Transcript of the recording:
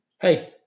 hey